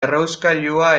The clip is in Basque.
errauskailua